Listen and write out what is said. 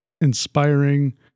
inspiring